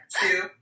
Two